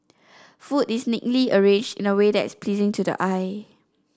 food is neatly arranged in a way that is pleasing to the eye